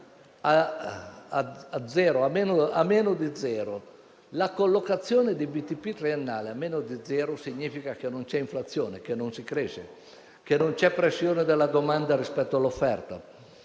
a meno di zero e la collocazione BTP triennali a meno di zero significa che non c'è inflazione, che non si cresce, che non c'è pressione della domanda rispetto all'offerta